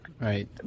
Right